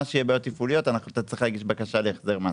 מה שיהיה בעיות תפעוליות אתה צריך בקשה להחזר מס.